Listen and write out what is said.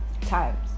times